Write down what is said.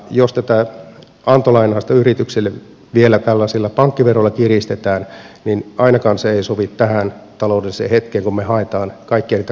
jos tätä antolainausta yrityksille vielä tällaisella pankkiverolla kiristetään niin ainakaan se ei sovi tähän taloudelliseen hetkeen kun me haemme kaikkia niitä kasvun tekijöitä